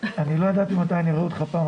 מכונאי חשמל ומתקיני חשמל,